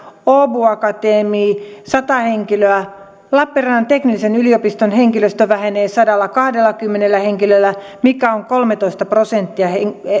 åbo akademi sata henkilöä lappeenrannan teknillisen yliopiston henkilöstö vähenee sadallakahdellakymmenellä henkilöllä joka on kolmetoista prosenttia